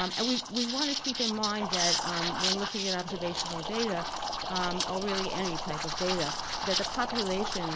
um and we we want to keep in mind that when looking at observational data or really any type of data that the populations